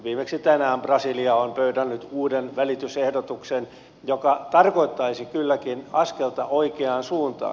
viimeksi tänään brasilia on pöydännyt uuden välitysehdotuksen joka tarkoittaisi kylläkin askelta oikeaan suuntaan